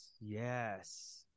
Yes